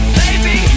baby